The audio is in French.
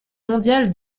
mondial